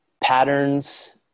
patterns